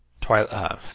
Twilight